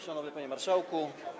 Szanowny Panie Marszałku!